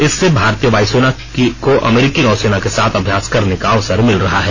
इससे भारतीय वायुसेना को अमरीकी नौसेना के साथ अभ्यास करने का अवसर मिल रहा है